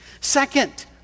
Second